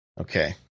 Okay